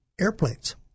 airplanes